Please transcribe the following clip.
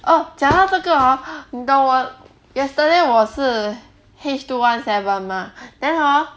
oh 讲到这个 hor 你懂我 yesterday 我是 H two one seven 吗 then hor